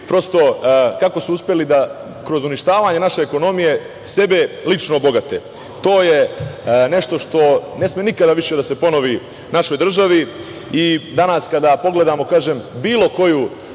prosto, kako su uspeli da kroz uništavanje naše ekonomije, sebe lično obogate. To je nešto što ne sme nikada više da se ponovi našoj državi. Danas kada pogledamo, kažem,